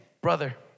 brother